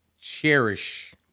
cherish